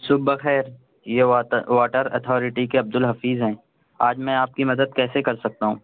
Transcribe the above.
صبح بخیر یہ واتر واٹر اتھارٹی کے عبد الحفیظ ہیں آج میں آپ کی مدد کیسے کر سکتا ہوں